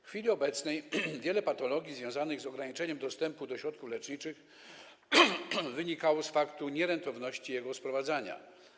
W chwili obecnej wiele patologii związanych z ograniczeniem dostępu do środków leczniczych wynikało z faktu nierentowności ich sprowadzania.